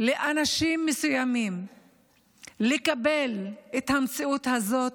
לאנשים מסוימים לקבל את המציאות הזאת,